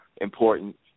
important